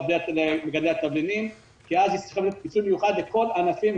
למגדלי התבלינים כי אז יצטרך להיות פיצוי מיוחד לכל הענפים,